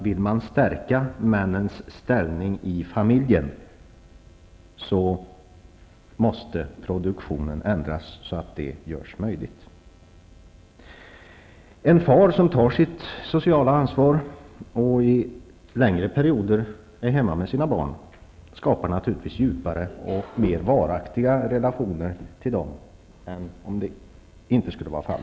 Vill man stärka männens ställning i familjen, måste produktionen ändras så att det görs möjligt. En far som tar sitt sociala ansvar och under längre perioder är hemma med sina barn skapar naturligtvis djupare och mera varaktiga relationer till dem än om han inte skulle göra det.